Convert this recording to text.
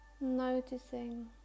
noticing